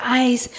eyes